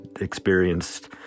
experienced